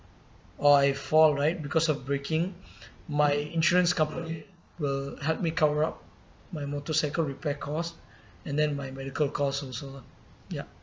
or I fall right because of braking my insurance company will help me cover up my motorcycle repair cost and then my medical costs also yup